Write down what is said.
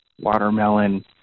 watermelon